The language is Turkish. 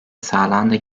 sağlandı